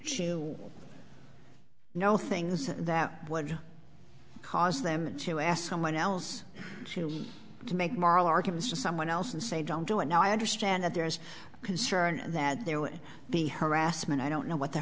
to know things that would cause them to ask someone else to make moral arguments to someone else and say don't do it now i understand that there's concern that there would be harassment i don't know what the